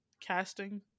casting